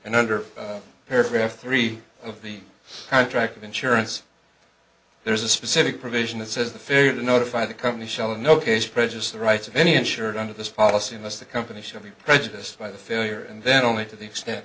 and under paragraph three of the contract of insurance there is a specific provision that says the failure to notify the company shall in no case prejudice the rights of any insured under this policy unless the company shall be prejudiced by the failure and then only to the extent